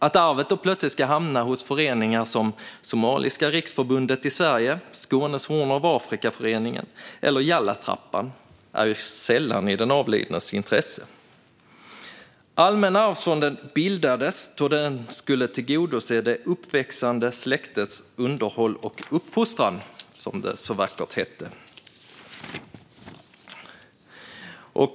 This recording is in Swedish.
Att arvet då plötsligt ska hamna hos föreningar som Somaliska riksförbundet i Sverige, Skånes Horn av Afrika-föreningen eller Yalla Trappan är sällan i den avlidnes intresse. Allmänna arvsfonden bildades för att den skulle tillgodose det uppväxande släktets underhåll och uppfostran, som det så vackert hette.